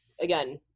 again